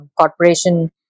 Corporation